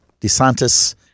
DeSantis